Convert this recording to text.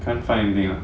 can't find anything ah